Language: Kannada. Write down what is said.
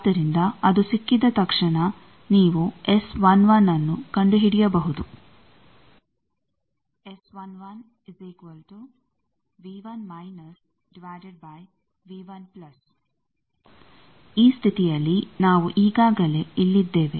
ಆದ್ದರಿಂದ ಅದು ಸಿಕ್ಕಿದ ತಕ್ಷಣ ನೀವು ನ್ನು ಕಂಡುಹಿಡಿಯಬಹುದು ಈ ಸ್ಥಿತಿಯಲ್ಲಿ ನಾವು ಈಗಾಗಲೇ ಇಲ್ಲಿದ್ದೇವೆ